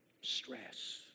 Stress